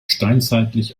steinzeitlich